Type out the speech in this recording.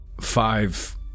Five